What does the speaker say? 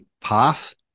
path